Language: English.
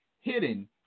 hidden